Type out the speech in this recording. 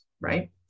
right